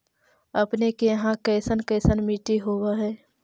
अपने के यहाँ कैसन कैसन मिट्टी होब है?